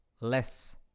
less